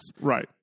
Right